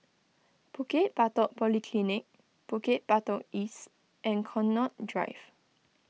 Bukit Batok Polyclinic Bukit Batok East and Connaught Drive